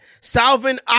Salvin